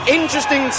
interesting